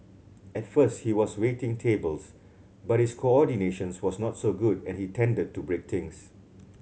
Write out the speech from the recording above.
at first he was waiting tables but his coordination was not so good and he tended to break things